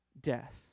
death